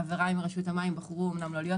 חבריי מרשות המים הם בחרו אמנם לא להיות